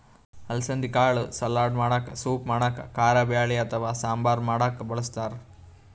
ಅಲಸಂದಿ ಕಾಳ್ ಸಲಾಡ್ ಮಾಡಕ್ಕ ಸೂಪ್ ಮಾಡಕ್ಕ್ ಕಾರಬ್ಯಾಳಿ ಅಥವಾ ಸಾಂಬಾರ್ ಮಾಡಕ್ಕ್ ಬಳಸ್ತಾರ್